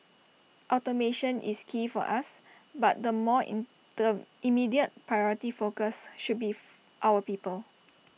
automation is key for us but the more immediate priority focus should be our people